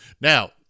Now